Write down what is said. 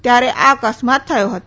ત્યારે આ અકસ્માત થયો હતો